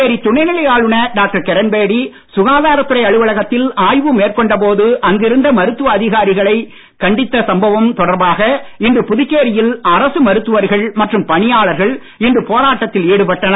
புதுச்சேரி துணை நிலை ஆளுநர் டாக்டர் கிரண்பேடி சுகாதாரத்துறை அலுவலக்தில் ஆய்வு மேற்கொண்ட போது அங்கிருந்த மருத்துவ அதிகாரிகளை கண்டித்த சம்பவம் தொடர்பாக இன்று புதுச்சேரியில் அரசு மருத்துவர்கள் மற்றும் பணியாளர்கள் இன்று போராட்டத்தில் ஈடுபட்டனர்